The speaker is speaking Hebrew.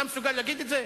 אתה מסוגל להגיד את זה?